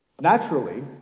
Naturally